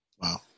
wow